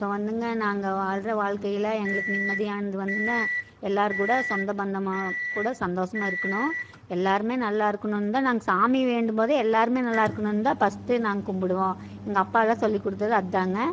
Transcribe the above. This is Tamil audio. இப்போ வந்துங்க நாங்கள் வாழ்ற வாழ்க்கைல எங்களுக்கு நிம்மதியானது வந்துங்க எல்லாேர் கூட சொந்த பந்தமாக கூட சந்தோஷமா இருக்கணும் எல்லாேருமே நல்லாயிருக்குணுன்னு தான் நாங்கள் சாமியை வேண்டும் போதே எல்லாேருமே நல்லாயிருக்குணுன்னு தான் ஃபஸ்ட்டு நாங்கள் கும்பிடுவோம் எங்கள் அப்பாெவலாம் சொல்லி கொடுத்தது அதுதாங்க